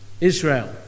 Israel